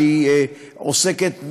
שעוסקת,